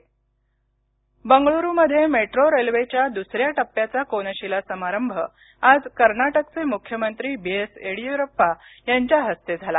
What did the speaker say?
Karnataka metro बंगळुरूमध्ये metro रेल्वेच्या दुसऱ्या टप्प्याचा कोनशीला समारंभ आज कर्नाटकचे मुख्यमंत्री बी एस येदीयुरप्पा यांच्या हस्ते झाला